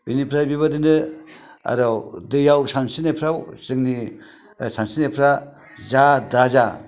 बेनिफ्राय बेबादिनो आरो दैआव सानस्रिनायफ्राव जोंनि सानस्रिनायफ्रा जा दाजा